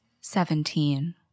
Seventeen